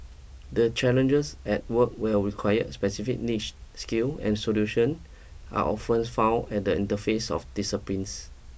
the challenges at work will require specific niche skill and solution are often found at the interface of disciplines